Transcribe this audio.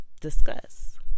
discuss